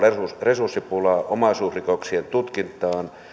resurssipula omaisuusrikoksien tutkinnassa